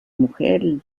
mujer